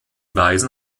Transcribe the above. weisen